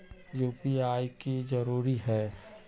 UPI की जरूरी है?